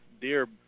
Deer